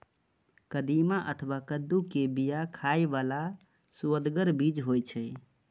कदीमा अथवा कद्दू के बिया खाइ बला सुअदगर बीज होइ छै